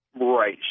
Right